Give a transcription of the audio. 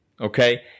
okay